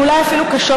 ואולי אפילו קשות,